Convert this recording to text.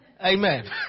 Amen